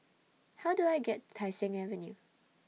How Do I get Tai Seng Avenue